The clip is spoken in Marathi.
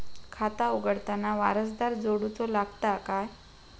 खाता उघडताना वारसदार जोडूचो लागता काय?